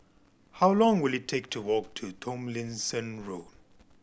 how long will it take to walk to Tomlinson Road